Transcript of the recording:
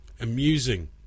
amusing